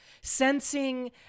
Sensing